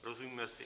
Rozumíme si.